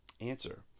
Answer